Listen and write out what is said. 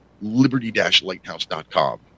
liberty-lighthouse.com